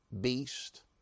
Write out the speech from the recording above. beast